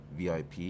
VIP